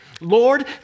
Lord